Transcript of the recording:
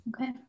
Okay